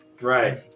Right